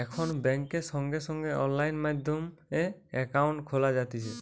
এখন বেংকে সঙ্গে সঙ্গে অনলাইন মাধ্যমে একাউন্ট খোলা যাতিছে